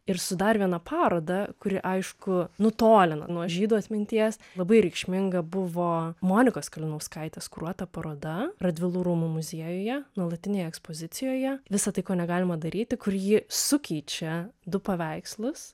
ir su dar viena paroda kuri aišku nutolina nuo žydų atminties labai reikšminga buvo monikos kalinauskaitės kuruota paroda radvilų rūmų muziejuje nuolatinėje ekspozicijoje visa tai ko negalima daryti kur ji sukeičia du paveikslus